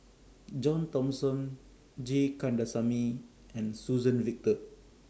John Thomson G Kandasamy and Suzann Victor